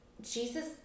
Jesus